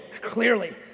clearly